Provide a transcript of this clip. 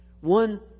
one